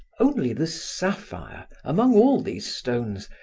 only the sapphire, among all these stones,